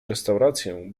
restaurację